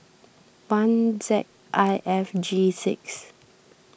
one Z I F G six